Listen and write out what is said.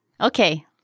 Okay